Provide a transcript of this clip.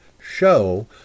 show